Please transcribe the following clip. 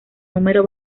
número